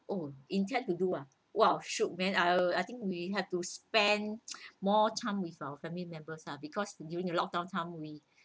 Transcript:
oh intend to do ah !wah! shiok man I I think we have to spend more time with our family members ah because during the lockdown time we